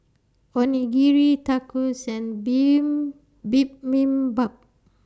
Onigiri Tacos and Bibimbap